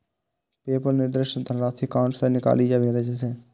PayPal निर्दिष्ट धनराशि account सं निकालि कें भेज दै छै